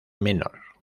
menor